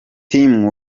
team